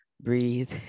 breathe